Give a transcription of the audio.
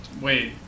Wait